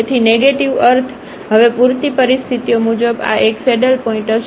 તેથી નેગેટીવ અર્થ હવે પૂરતી પરિસ્થિતિઓ મુજબ આ એક સેડલ પોઇન્ટ હશે